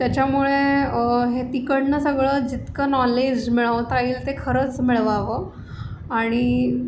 त्याच्यामुळे हे तिकडनं सगळं जितकं नॉलेज मिळवता येईल ते खरंच मिळवावं आणि